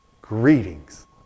Greetings